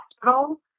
hospital